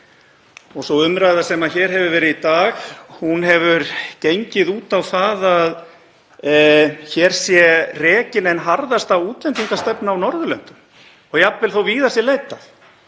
Sú umræða sem hér hefur verið í dag hefur gengið út á það að hér sé rekin ein harðasta útlendingastefna á Norðurlöndunum og jafnvel þótt víðar væri leitað.